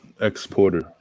exporter